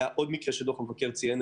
היה עוד מקרה בנוהל הכנסות שציין המבקר,